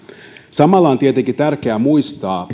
samalla on tietenkin tärkeää muistaa